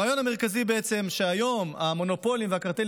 הרעיון המרכזי הוא שהיום המונופולים והקרטלים